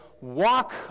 walk